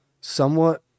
Somewhat